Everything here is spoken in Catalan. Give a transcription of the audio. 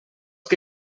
que